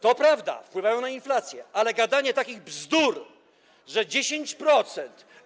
To prawda, że wpływają na inflację, ale gadanie takich bzdur, że 10%.